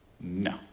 No